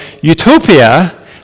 utopia